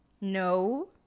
No